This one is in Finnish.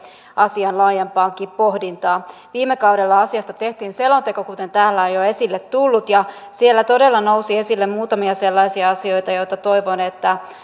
asian laajempaankin pohdintaan viime kaudella asiasta tehtiin selonteko kuten täällä on jo esille tullut siellä todella nousi esille muutamia sellaisia asioita joita toivon että